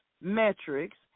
metrics